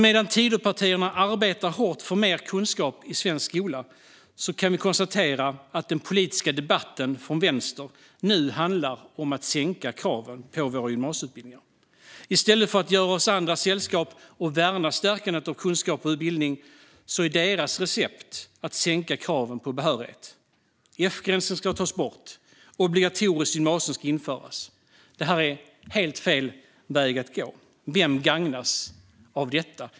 Medan Tidöpartierna arbetar hårt för mer kunskap i svensk skola kan vi konstatera att den politiska debatten från vänster nu handlar om att sänka kraven på gymnasieutbildningarna. I stället för att göra oss andra sällskap och värna stärkandet av kunskap och bildning är deras recept att sänka kraven på behörighet. Fgränsen ska tas bort. Obligatoriskt gymnasium ska införas. Det är helt fel väg att gå. Vem gagnas av detta?